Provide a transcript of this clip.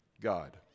God